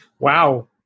Wow